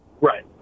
right